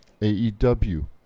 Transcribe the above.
AEW